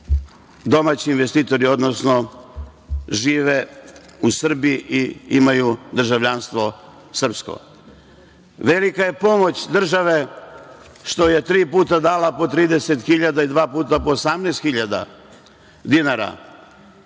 domaći investitori, odnosno žive u Srbiji i imaju državljanstvo srpsko. Velika je pomoć države šta je tri puta dala po 30.000 i dva puta po 18.000 dinara